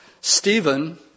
Stephen